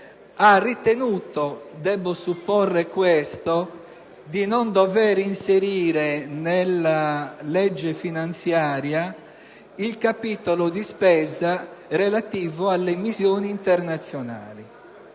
ha ritenuto ‑ debbo supporre questo ‑ di non dover inserire nel disegno di legge finanziaria il capitolo di spesa relativo alle missioni internazionali.